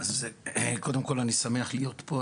אז קודם כל, אני שמח להיות פה.